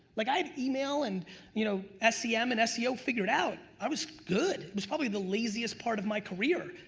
like i had email and you know sem yeah um and seo figured out. i was good. it was probably the laziest part of my career,